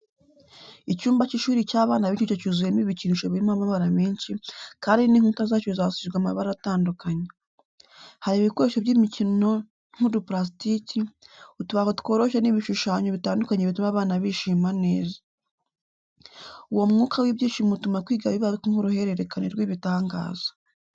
Icyumba cy’ishuri cy’abana b’incuke cyuzuyemo ibikinisho birimo amabara menshi, kandi n’inkuta zacyo zasizwe amabara atandukanye. Hari ibikoresho by’imikino nk’udupurasitiki, utubaho tworoshye n’ibishushanyo bitandukanye bituma abana bishima neza. Uwo mwuka w’ibyishimo utuma kwiga biba nk’uruhererekane rw’ibitangaza.